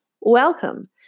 welcome